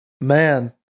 man